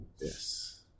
Yes